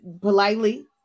politely